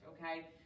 Okay